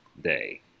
day